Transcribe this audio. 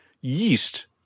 yeast